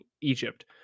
Egypt